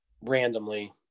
randomly